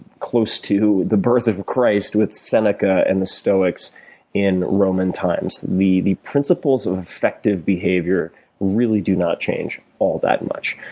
close to the birth of christ with seneca and the stoics in roman times. the the principles of effective behavior really do not change all that much.